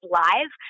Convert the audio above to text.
live